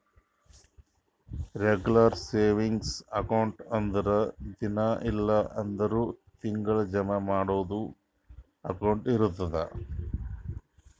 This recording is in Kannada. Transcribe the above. ರೆಗುಲರ್ ಸೇವಿಂಗ್ಸ್ ಅಕೌಂಟ್ ಅಂದುರ್ ದಿನಾ ಇಲ್ಲ್ ಅಂದುರ್ ತಿಂಗಳಾ ಜಮಾ ಮಾಡದು ಅಕೌಂಟ್ ಇರ್ತುದ್